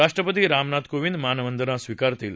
राष्ट्रपती रामनाथ कोविंद मानवंदना स्वीकारतील